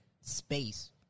space